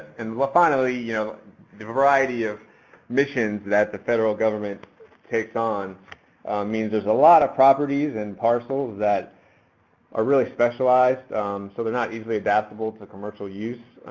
and finally, you know the variety of missions that the federal government takes on means there's a lot of properties and parcels that are really specialized so they're not easily adaptable to commercial use.